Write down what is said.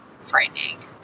frightening